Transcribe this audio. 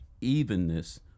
evenness